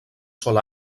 sol